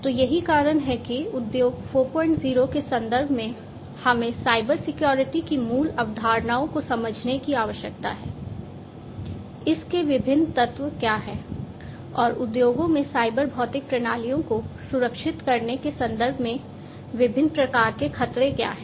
तो यही कारण है कि उद्योग 40 के संदर्भ में हमें साइबर सिक्योरिटी की मूल अवधारणाओं को समझने की आवश्यकता है इसके विभिन्न तत्व क्या हैं और उद्योगों में साइबर भौतिक प्रणालियों को सुरक्षित करने के संदर्भ में विभिन्न प्रकार के खतरे क्या हैं